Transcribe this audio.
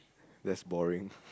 that's boring